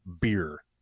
beer